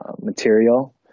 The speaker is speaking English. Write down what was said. material